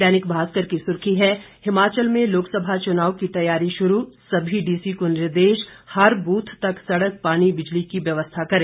दैनिक भास्कर की सुर्खी है हिमाचल में लोकसभा चुनाव की तैयारी शुरू सभी डीसी को निर्देश हर बूथ तक सड़क पानी बिजली की व्यवस्था करें